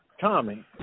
Tommy